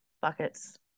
Buckets